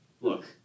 Look